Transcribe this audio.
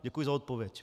Děkuji za odpověď.